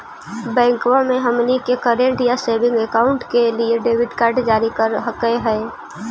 बैंकवा मे हमनी के करेंट या सेविंग अकाउंट के लिए डेबिट कार्ड जारी कर हकै है?